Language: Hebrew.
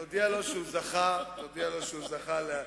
תודה, יעקב.